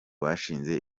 bashinze